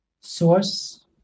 Source